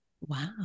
Wow